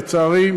לצערי,